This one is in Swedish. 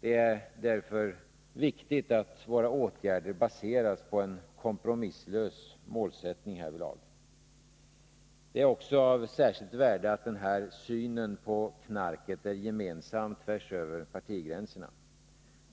Det är därför viktigt att våra åtgärder baseras på en kompromisslös målsättning härvidlag. Det är också av särskilt värde att denna syn på knarket är gemensam tvärsöver partigränserna.